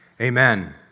amen